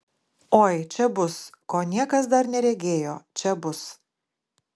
oi čia bus ko niekas dar neregėjo čia bus